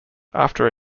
after